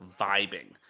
vibing